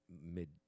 mid